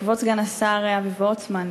כבוד סגן השר אבי וורצמן,